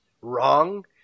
wrong